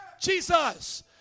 Jesus